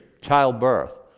childbirth